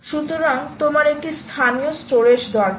সুতরাং তোমার একটি স্থানীয় স্টোরেজ দরকার